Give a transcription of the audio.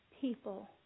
People